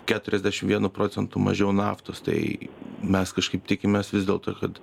keturiasdešimt vienu procentu mažiau naftos tai mes kažkaip tikimės vis dėlto kad